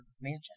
mansion